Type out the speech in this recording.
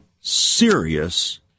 serious